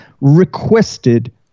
requested